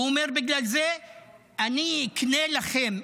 הוא אומר: בגלל זה אני אקנה לכם,